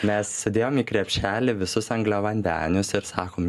mes sudėjom į krepšelį visus angliavandenius ir sakom